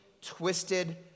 twisted